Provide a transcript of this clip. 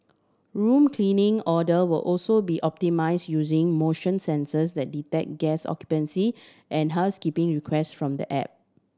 room cleaning order will also be optimise using motion sensors that detect guest occupancy and housekeeping request from the app